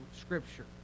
scripture